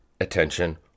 attention